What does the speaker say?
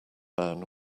man